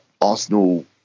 Arsenal